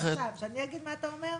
שאני אגיד מה אתה אומר?